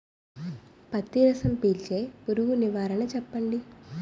పత్తి రసం పీల్చే పురుగు నివారణ చెప్పండి?